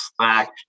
slack